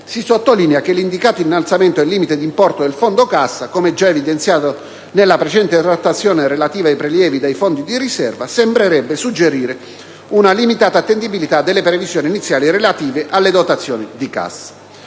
si sottolinea che l'indicato innalzamento del limite di importo del fondo cassa, come già evidenziato nella precedente trattazione relativa ai prelievi dai fondi di riserva, sembrerebbe suggerire una limitata attendibilità delle previsioni iniziali relative alle dotazioni di cassa.